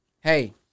Hey